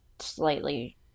slightly